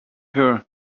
her